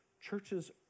churches